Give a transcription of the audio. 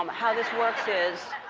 um how this works is